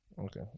Okay